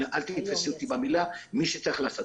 אל תתפסי אותי במילה, מישהו צריך לעשות.